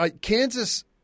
Kansas